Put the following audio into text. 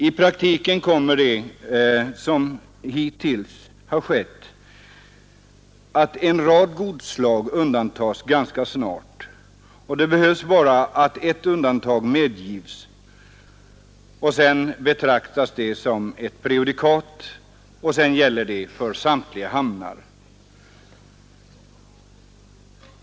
I praktiken kommer liksom hittills en rad godsslag ganska snart att undantas, och det behövs bara att ett undantag medges; sedan betraktas det som ett prejudikat som gäller för samtliga hamnar.